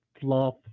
fluff